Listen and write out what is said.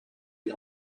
die